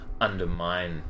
undermine